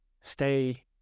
stay